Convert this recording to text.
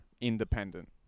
independent